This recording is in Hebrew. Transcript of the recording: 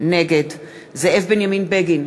נגד זאב בנימין בגין,